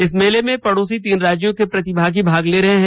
इस मेले में पड़ोसी तीन राज्यों के प्रतिभागी भाग ले रहे हैं